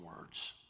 words